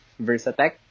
VersaTech